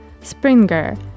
Springer